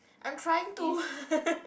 I'm trying to